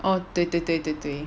oh 对对对对对